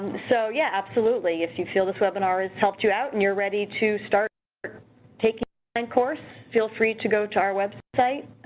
so, yeah, absolutely. if you feel this webinar is helped you out and you're ready to start taking and course, feel free to go to our website,